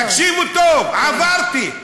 תקשיבו טוב, עברתי.